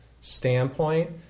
standpoint